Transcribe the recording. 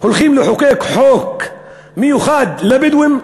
הולכים לחוקק חוק מיוחד לבדואים,